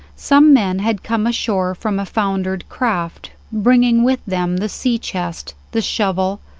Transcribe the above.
some men had come ashore from a foundered craft, bringing with them the sea-chest, the shovel,